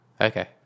Okay